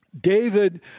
David